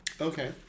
Okay